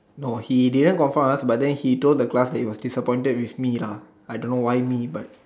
no he didn't confront us but then he told the class that he was disappointed with me lah I don't know why me but